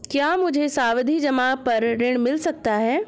क्या मुझे सावधि जमा पर ऋण मिल सकता है?